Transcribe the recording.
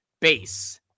base